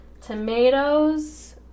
tomatoes